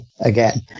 Again